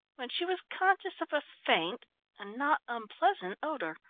when she was conscious of a faint and not unpleasant odour.